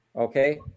Okay